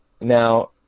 Now